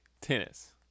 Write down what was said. tennis